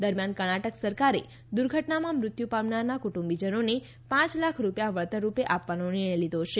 દરમિયાન કર્ણાટક સરકારે દુઘર્ટનામાં મૃત્યુ પામનારના કુંટુંબીજનોને પાંચ લાખ રૂપિયા વળતર રૂપે આપવાનો નિર્ભય લીધો છે